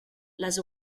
les